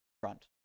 front